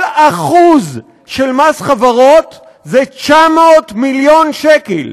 כל 1% של מס חברות זה 900 מיליון שקל,